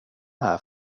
här